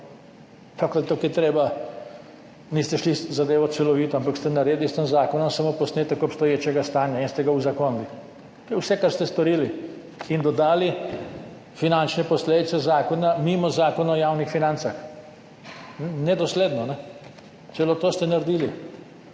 ali tukaj je treba, niste šli zadevo celovito, ampak ste naredili s tem zakonom samo posnetek obstoječega stanja in ste ga uzakonili, to je vse kar ste storili in dodali finančne posledice zakona mimo Zakona o javnih financah, nedosledno, celo to ste naredili.